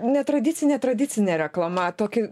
netradicinė tradicinė reklama tokį